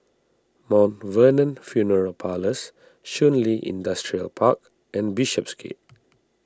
Mount Vernon funeral Parlours Shun Li Industrial Park and Bishopsgate